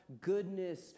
goodness